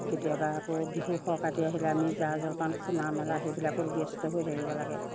কেতিয়াবা আকৌ বিহু সংক্ৰান্তি আহিলে আমি জা জলপান খুন্দা মেলা সেইবিলাকতো ব্যস্ত হৈ থাকিব লাগে